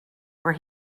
where